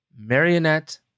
marionette